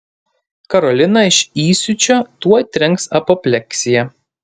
karoliną iš įsiūčio tuoj trenks apopleksija